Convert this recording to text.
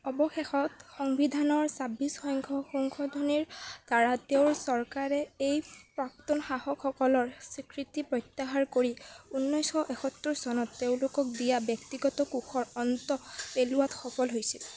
অৱশেষত সংবিধানৰ ছাব্বিছ সংখ্যক সংশোধনীৰ দ্বাৰা তেওঁৰ চৰকাৰে এই প্ৰাক্তন শাসকসকলৰ স্বীকৃতি প্ৰত্যাহাৰ কৰি ঊনৈশ এসত্তৰ চনত তেওঁলোকক দিয়া ব্যক্তিগত কোষৰ অন্ত পেলোৱাত সফল হৈছিল